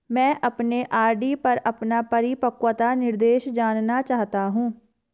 मैं अपने आर.डी पर अपना परिपक्वता निर्देश जानना चाहता हूं